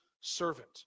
servant